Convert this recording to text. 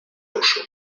ruszył